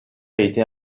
été